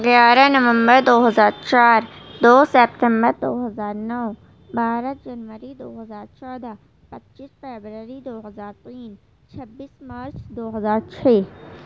گیارہ نومبر دو ہزار چار دو سپٹمبر دو ہزار نو بارہ جنوری دو ہزار چودہ پچیس فیبریری دو ہزار تین چھبیس مارچ دو ہزار چھ